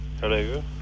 Hello